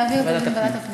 להעביר לדיון בוועדת הפנים.